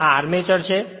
અને આ આર્મચર છે